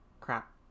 Crap